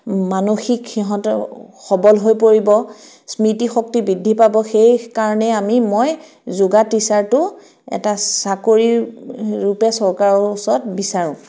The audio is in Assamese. মানসিক সিহঁতৰ সবল হৈ পৰিব স্মৃতিশক্তি বৃদ্ধি পাব সেইকাৰণেই আমি মই যোগা টিচাৰটো এট চাকৰিৰূপে চৰকাৰৰ ওচৰত বিচাৰোঁ